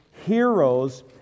heroes